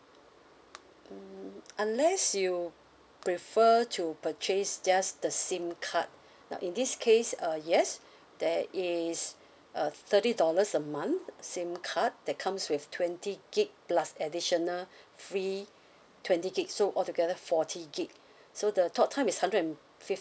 mm unless you prefer to purchase just the SIM card now in this case uh yes there is a thirty dollars a month SIM card that comes with twenty gig plus additional free twenty gig so altogether forty gig so the talk time is hundred and fifty